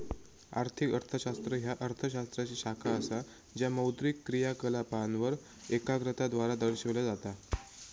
आर्थिक अर्थशास्त्र ह्या अर्थ शास्त्राची शाखा असा ज्या मौद्रिक क्रियाकलापांवर एकाग्रता द्वारा दर्शविला जाता